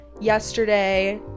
yesterday